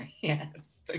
yes